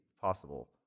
possible